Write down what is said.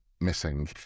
missing